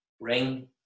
bring